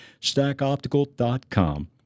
stackoptical.com